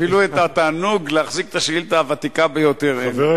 אפילו את התענוג להחזיק את השאילתא הוותיקה ביותר אין לי.